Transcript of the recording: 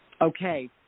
Okay